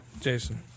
Jason